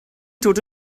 dod